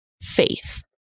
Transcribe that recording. faith